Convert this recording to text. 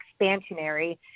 expansionary